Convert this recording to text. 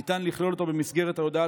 ניתן לכלול אותו במסגרת ההודעה על